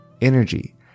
energy